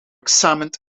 examined